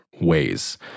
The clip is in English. ways